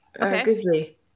okay